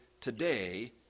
today